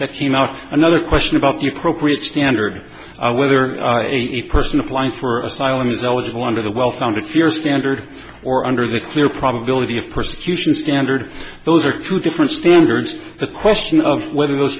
that came out another question about the appropriate standard whether a person applying for asylum is eligible under the well founded fear standard or under the clear probability of persecution standard those are two different standards the question of whether those